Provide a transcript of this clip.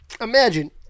imagine